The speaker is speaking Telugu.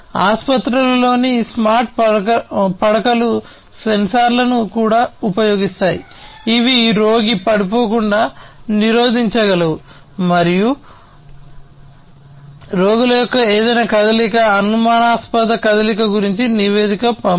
ఆసుపత్రులలోని స్మార్ట్ పడకలు సెన్సార్లను కూడా ఉపయోగిస్తాయి ఇవి రోగి పడిపోకుండా నిరోధించగలవు మరియు రోగుల యొక్క ఏదైనా కదలిక అనుమానాస్పద కదలిక గురించి నివేదిక పంపడం